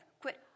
Quit